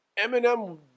Eminem